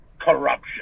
corruption